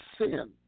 sin